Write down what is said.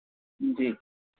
जी